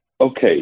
Okay